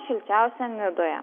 šilčiausia nidoje